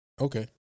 Okay